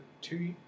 two